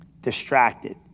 distracted